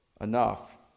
enough